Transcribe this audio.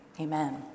amen